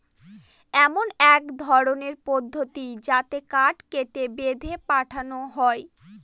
এমন এক ধরনের পদ্ধতি যাতে কাঠ কেটে, বেঁধে পাঠানো হয়